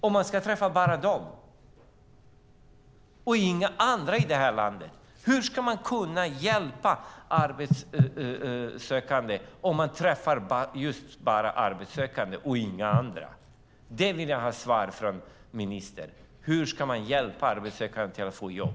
Om man bara ska träffa bara dem och inga andra i det här landet, hur ska man kunna hjälpa? Hur ska man kunna hjälpa arbetssökande om man bara träffar arbetssökande och inga andra? Det vill jag ha svar på från ministern. Hur ska man hjälpa arbetssökande att få jobb?